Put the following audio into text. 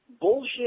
bullshit